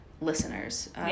listeners